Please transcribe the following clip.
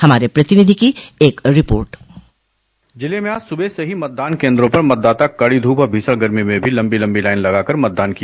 हमारे प्रतिनिधि की एक रिपोर्ट जिले में आज सुबह से ही मतदान केन्द्रों पर मतदाता कड़ी धूप और भीषण गर्मी में भी लम्बी लम्बी लाइन जगाकर मतदान किया